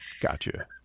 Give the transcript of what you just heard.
Gotcha